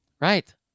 Right